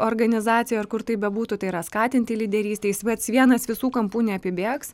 organizacijoj ar kur tai bebūtų tai yra skatinti lyderystę jis pats vienas visų kampų neapibėgs